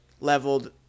leveled